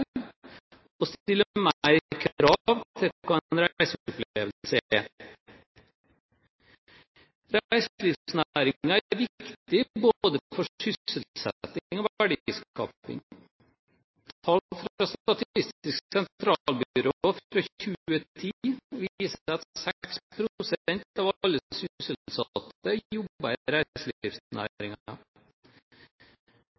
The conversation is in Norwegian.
og stiller større krav til hva en reiseopplevelse er. Reiselivsnæringen er viktig for både sysselsetting og verdiskaping. Tall fra Statistisk sentralbyrå fra 2010 viser at 6 pst. av alle sysselsatte jobber